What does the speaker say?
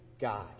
God